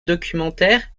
documentaires